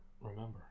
remember